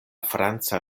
franca